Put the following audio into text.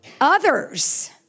others